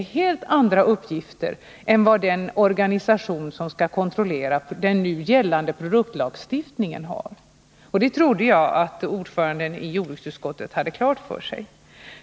Det är helt andra uppgifter än vad den organisation som skall kontrollera den nu gällande produktlagstiftningen har. Det trodde jag att ordföranden i jordbruksutskottet hade klart för sig.